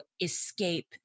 escape